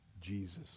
Jesus